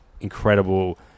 incredible